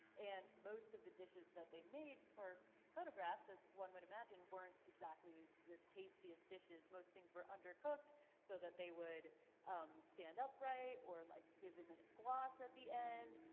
and most of the dishes that they made for photographs, as one would imagine, weren't exactly the tastiest dishes, most things were undercooked so that they would stand up right, or like given a gloss at the end,